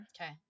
Okay